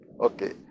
Okay